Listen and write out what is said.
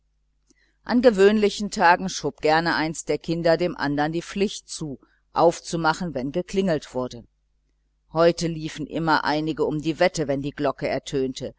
an gewöhnlichen tagen schob gerne eines der kinder dem andern die pflicht zu aufzumachen wenn geklingelt wurde heute sprangen immer einige um die wette wenn die glocke ertönte